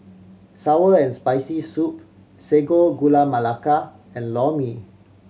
sour and Spicy Soup Sago Gula Melaka and Lor Mee